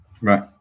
Right